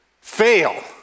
fail